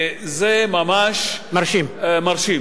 זה ממש, מרשים.